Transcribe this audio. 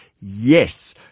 yes